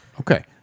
okay